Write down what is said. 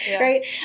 right